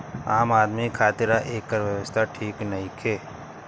आम आदमी खातिरा एकर व्यवस्था ठीक नईखे